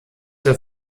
der